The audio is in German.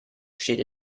steht